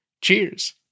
Cheers